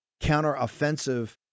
counteroffensive